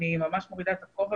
אני ממש מורידה את הכובע.